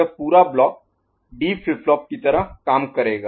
यह पूरा block D flip flop की तरह काम करेगा